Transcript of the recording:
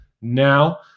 now